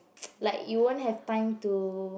like you won't have time to